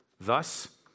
Thus